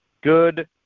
Good